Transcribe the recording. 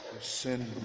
sin